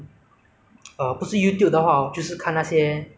电影那些 FIFA 的晚上网站来看